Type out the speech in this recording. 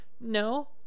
No